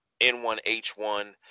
N1H1